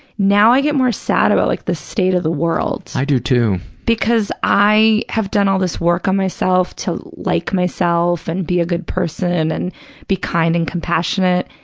now i get more sad about like the state of the world. i do, too. because i have done all this work on myself to like myself and be a good person and be kind and compassionate,